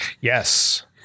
Yes